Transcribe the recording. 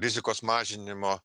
rizikos mažinimo